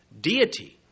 deity